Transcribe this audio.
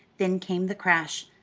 then came the crash.